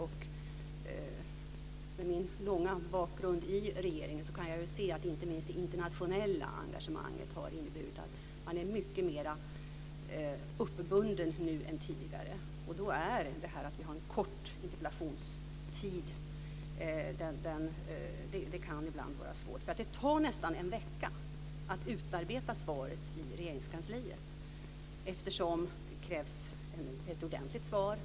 Med min långa bakgrund i regeringen kan jag se att inte minst det internationella engagemanget har inneburit att man är mycket mera uppbunden nu än tidigare. Då kan det ibland vara svårt att vi har en kort interpellationstid. Det tar nästan en vecka att utarbeta svaret i Regeringskansliet, eftersom det krävs ett ordentligt svar.